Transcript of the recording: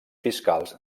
fiscals